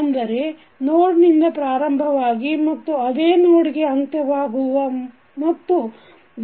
ಅಂದರೆ ನೋಡ ನಿಂದ ಪ್ರಾರಂಭವಾಗಿ ಮತ್ತು ಅದೇ ನೋಡ್ ಗೆ ಅಂತ್ಯವಾಗುವ ಮತ್ತು